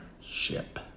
ship